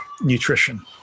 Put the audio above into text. nutrition